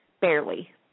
barely